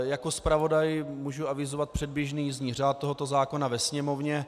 Jako zpravodaj můžu avizovat předběžný jízdní řád tohoto zákona ve Sněmovně.